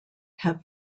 have